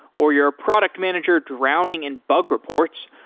or you're a product manager drowning in bug reports,